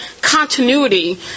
continuity